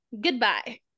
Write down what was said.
Goodbye